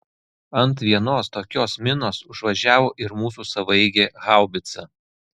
ant vienos tokios minos užvažiavo ir mūsų savaeigė haubica